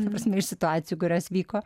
ta prasme iš situacijų kurios vyko